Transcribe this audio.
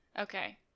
okay